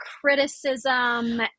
criticism